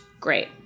great